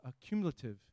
cumulative